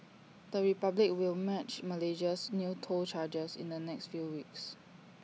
the republic will match Malaysia's new toll charges in the next few weeks